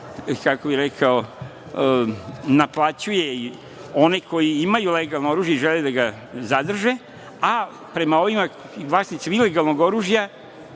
finansijski naplaćuje i oni koji imaju legalno oružje i žele da ga zadrže, a prema vlasnicima ilegalnog oružja